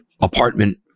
apartment